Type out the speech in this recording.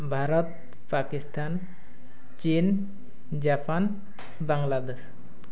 ଭାରତ ପାକିସ୍ତାନ ଚୀନ ଜାପାନ ବାଂଲାଦେଶ